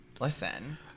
Listen